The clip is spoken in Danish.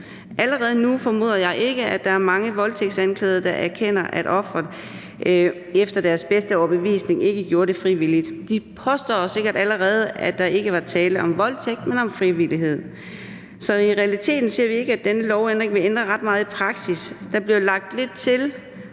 Allerede nu formoder jeg at der ikke er mange voldtægtsanklagede, der erkender, at offeret efter deres bedste overbevisning ikke gjorde det frivilligt. De påstår sikkert allerede, at der ikke var tale om voldtægt, men om frivillighed. Så i realiteten ser vi ikke, at denne lovændring vil ændre ret meget i praksis. Der bliver lagt lidt til